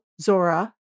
Zora